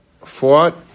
fought